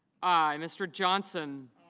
i. mr. johnson